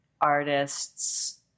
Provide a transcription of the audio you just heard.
artists